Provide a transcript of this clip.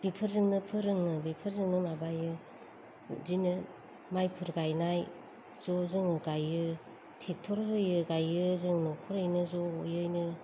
बेफोरजोंनो फोरोङो बेफोरजोंनो माबायो बिदिनो मायफोर गायनाय ज' जोङो गायो ट्रेकटर होयो गायो जों न'खरैनो जयैनो